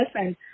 listen